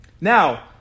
Now